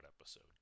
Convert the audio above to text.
episode